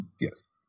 Yes